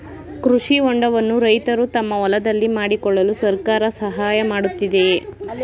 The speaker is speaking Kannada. ಕೃಷಿ ಹೊಂಡವನ್ನು ರೈತರು ತಮ್ಮ ಹೊಲದಲ್ಲಿ ಮಾಡಿಕೊಳ್ಳಲು ಸರ್ಕಾರ ಸಹಾಯ ಮಾಡುತ್ತಿದೆಯೇ?